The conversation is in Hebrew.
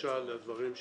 שאני גם רוצה לציין,